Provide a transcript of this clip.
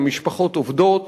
הן משפחות עובדות.